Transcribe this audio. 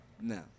No